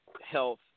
health